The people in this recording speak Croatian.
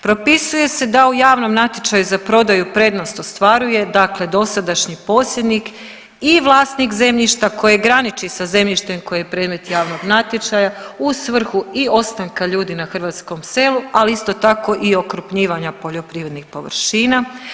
Propisuje se da u javnom natječaju za prodaju prednost ostvaruje, dakle dosadašnji posjednik i vlasnik zemljišta koje graniči sa zemljištem koje je predmet javnog natječaja u svrhu i ostanka ljudi na hrvatskom selu, ali isto tako i okrupnjivanja poljoprivrednih površina.